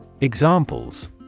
Examples